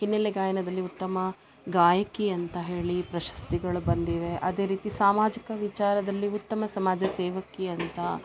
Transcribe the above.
ಹಿನ್ನೆಲೆ ಗಾಯನದಲ್ಲಿ ಉತ್ತಮ ಗಾಯಕಿ ಅಂತ ಹೇಳಿ ಪ್ರಶಸ್ತಿಗಳು ಬಂದಿವೆ ಅದೇ ರೀತಿ ಸಾಮಾಜಿಕ ವಿಚಾರದಲ್ಲಿ ಉತ್ತಮ ಸಮಾಜ ಸೇವಕಿ ಅಂತ